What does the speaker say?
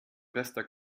bester